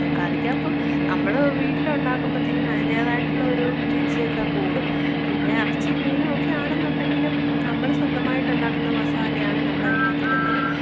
കറിക്കപ്പം നമ്മൾ വീട്ടിലുണ്ടാക്കുമ്പോഴത്തേന് അതിന്റേതായിട്ടുള്ള ഒരു രുചിയൊക്കെ കൂടും പിന്നെ ഇറച്ചിയും മീനുമൊക്കെ ആണെന്നുണ്ടെങ്കിലും നമ്മൾ സ്വന്തമായിട്ടുണ്ടാക്കുന്ന മസാലയാണ് നമ്മളതിനകത്തിടുന്നത്